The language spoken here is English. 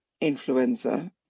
influenza